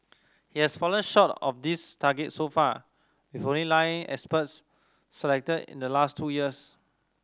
it has fallen short of this target so far with only nine experts selected in the last two years